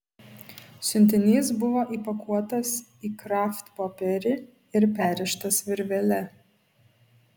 siuntinys buvo įpakuotas į kraftpopierį ir perrištas virvele